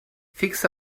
fix